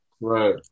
Right